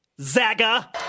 Zaga